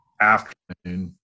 afternoon